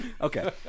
Okay